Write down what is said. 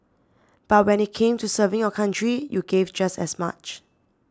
but when it came to serving your country you gave just as much